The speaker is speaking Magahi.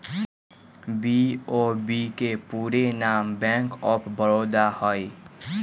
बी.ओ.बी के पूरे नाम बैंक ऑफ बड़ौदा हइ